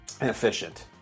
inefficient